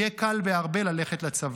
"יהיה קל בהרבה ללכת לצבא".